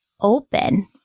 open